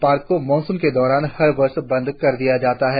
park को monsoon के दौरान हर वर्ष बंद कर दिया जाता है